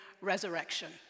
Resurrection